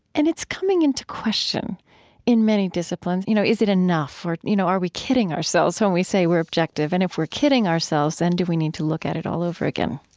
and it's coming into question in many disciplines you know is it enough? or, you know are we kidding ourselves when we say we're objective? and if we're kidding ourselves, then and do we need to look at it all over again?